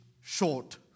short